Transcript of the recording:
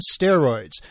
Steroids